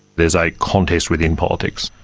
there is a contest within politics,